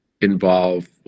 involve